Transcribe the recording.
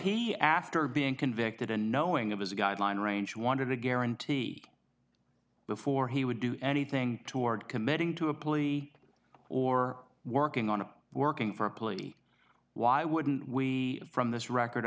he after being convicted and knowing it was a guideline range wanted to guarantee before he would do anything toward committing to a plea or working on a working for a plea why wouldn't we from this record